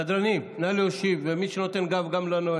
סדרנים, נא להושיב גם את מי שנותן גב לנואם.